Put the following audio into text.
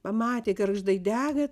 pamatė gargždai dega